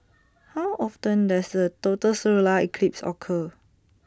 how often does A total solar eclipse occur